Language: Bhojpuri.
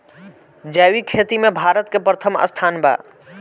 जैविक खेती में भारत के प्रथम स्थान बा